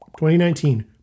2019